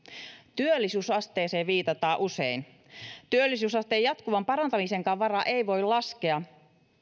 työllisyysasteeseen viitataan usein työllisyysasteen jatkuvan parantamisenkaan varaan ei voi laskea